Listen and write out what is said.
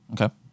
Okay